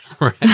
right